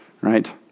right